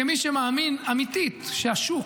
כמי שמאמין אמיתית שהשוק,